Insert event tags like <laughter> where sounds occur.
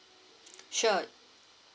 <noise> sure